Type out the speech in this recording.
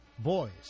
Boys